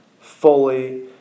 fully